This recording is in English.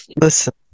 Listen